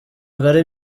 ari